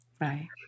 right